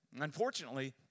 Unfortunately